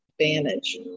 advantage